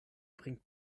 bringt